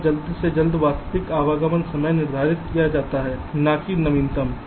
यहां जल्द से जल्द वास्तविक आगमन का समय निर्धारित किया जाना चाहिए न कि नवीनतम